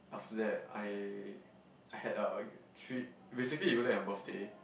after that I I had a drip basically we go there and have birthday